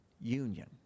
union